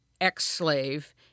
ex-slave